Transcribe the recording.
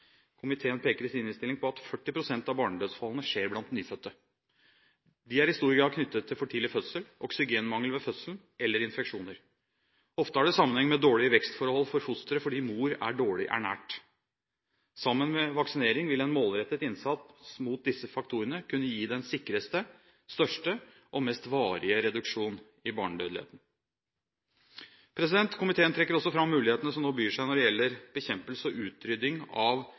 Komiteen peker i sin innstilling på at 40 pst. av barnedødsfallene skjer blant nyfødte. De er i stor grad knyttet til for tidlig fødsel, oksygenmangel ved fødselen eller infeksjoner. Ofte har det sammenheng med dårlige vekstforhold for fosteret fordi mor er dårlig ernært. Sammen med vaksinering vil en målrettet innsats mot disse faktorene kunne gi den sikreste, største og mest varige reduksjon i barnedødeligheten. Komiteen trekker også fram mulighetene som nå byr seg når det gjelder bekjempelse og utrydding av